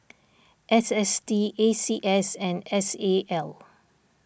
S S T A C S and S A L